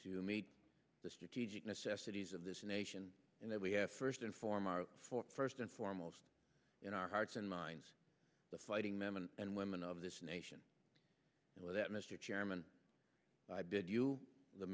necessities of this nation and that we have first inform our for first and foremost in our hearts and minds the fighting men and women of this nation that mr chairman i bid you the